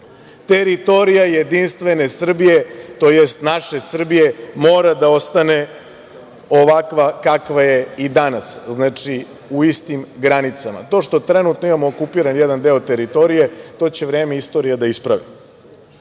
Teritorija Jedinstvene Srbije, tj. naše Srbije mora da ostane ovakva kakva je i danas, znači, u istim granicama. To što trenutno imamo okupiran jedan deo teritorije, to će vreme istorije da ispravi.E,